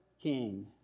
king